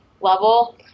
level